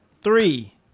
Three